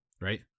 right